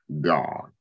God